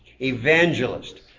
evangelist